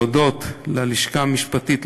להודות ללשכה המשפטית,